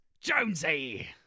Jonesy